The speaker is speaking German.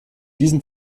diesen